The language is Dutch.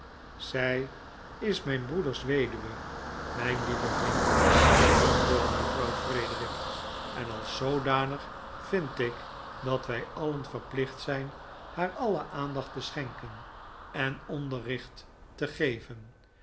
zij is mijn broeders weduwe mijn lieve vrienden antwoordde mevrouw frederic en als zoodanig vind ik dat wij alien verplicht zijn haar alle aandacht te schenken en onderricht te geven